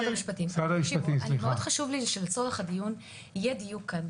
חשוב לי מאוד שלצורך העניין יהיה דיון כאן,